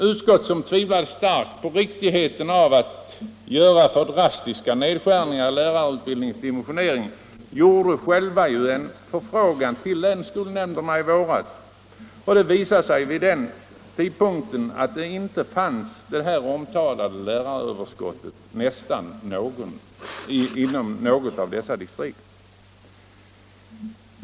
Utskottet, som tvivlade starkt på riktigheten av för drastiska nedskärningar i lärarutbildningens dimensionering, gjorde i våras självt en förfrågan hos länsskolnämnderna. Det visade sig då att vid den tidpunkten fanns inte det omtalade läraröverskottet inom något av de aktuella distrikten.